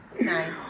Nice